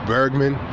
Bergman